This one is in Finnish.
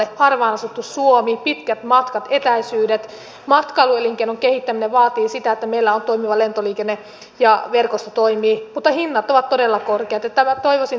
harvaan asuttu suomi pitkät matkat etäisyydet matkailuelinkeinon kehittäminen vaativat sitä että meillä on toimiva lentoliikenne ja verkosto toimii mutta hinnat ovat todella korkeat